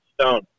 stone